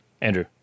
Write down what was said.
Andrew